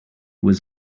was